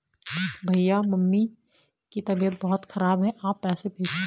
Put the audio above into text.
भैया मम्मी की तबीयत बहुत खराब है आप पैसे भेजो